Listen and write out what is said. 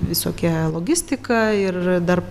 visokia logistika ir dar